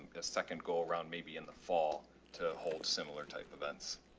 a second goal around maybe in the fall to hold similar type events.